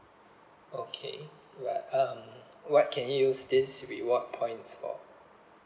okay what um what can you use these reward points for